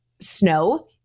snow